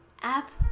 app